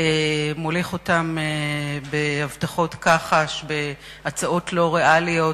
מוליך אותם שולל בהבטחות כחש ובהצעות לא ריאליות,